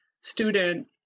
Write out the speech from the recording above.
student